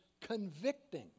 convicting